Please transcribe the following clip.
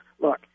look